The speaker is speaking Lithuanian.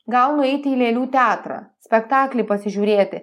gal nueiti į lėlių teatrą spektaklį pasižiūrėti